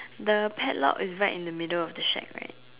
the padlock is right in the middle of the shed right